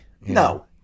No